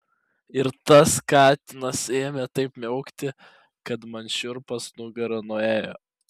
ir tas katinas ėmė taip miaukti kad man šiurpas nugara nuėjo